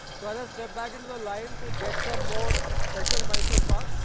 so and step back into the line to get some more special mysore pak.